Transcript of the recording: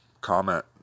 comment